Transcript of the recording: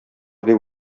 дип